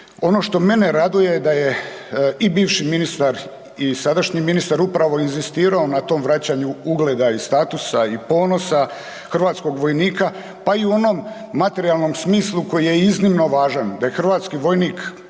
Ono što mene raduje da je i bivši ministar i sadašnji ministar upravo inzistirao na tom vraćanju ugleda i statusa i ponosa hrvatskog vojnika, pa i u onom materijalnom smislu koji je iznimno važan da je hrvatski vojnik,